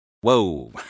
Whoa